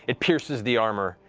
it pierces the armor,